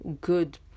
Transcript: good